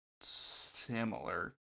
similar